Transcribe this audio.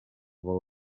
vol